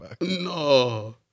No